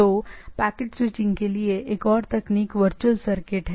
तो packet switching के लिए एक और तकनीक वर्चुअल सर्किट है